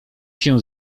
się